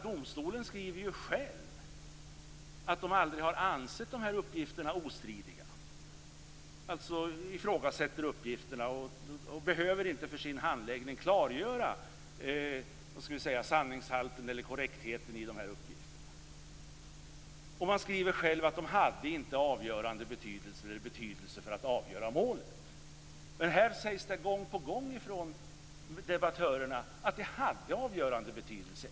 Domstolen skriver själv att den aldrig har ansett de här uppgifterna ostridiga, alltså ifrågasätter uppgifterna och behöver inte för sin handläggning klargöra sanningshalten eller korrektheten i uppgifterna. Man skriver själv att de inte hade avgörande betydelse för att avgöra målet. Här sägs det gång på gång från debattörerna att de hade avgörande betydelse.